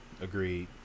agreed